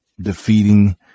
defeating